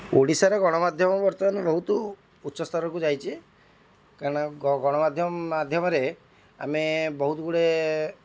ଓଡ଼ିଶାରେ ଗଣମାଧ୍ୟମ ବର୍ତ୍ତମାନ ବହୁତ ଉଚ୍ଚସ୍ତରକୁ ଯାଇଛି କାରଣ ଗଣମାଧ୍ୟମ ମାଧ୍ୟମରେ ଆମେ ବହୁତ ଗୁଡ଼ାଏ